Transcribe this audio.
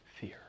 fear